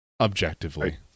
Objectively